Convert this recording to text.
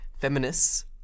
feminists